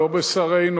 לא ב"שרינו",